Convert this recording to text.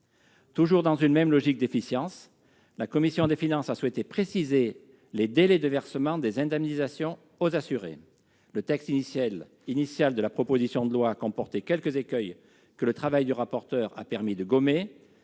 toujours dans une même logique d'efficience, la commission des finances a souhaité préciser les délais de versement des indemnisations aux assurés. Le texte initial de la proposition de loi comportait quelques écueils que le travail du rapporteur a permis de gommer